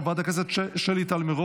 חבר הכנסת עידן רול,